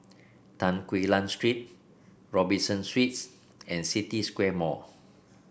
Tan Quee Lan Street Robinson Suites and City Square Mall